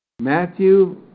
Matthew